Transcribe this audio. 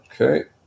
Okay